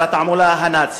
שר התעמולה הנאצי.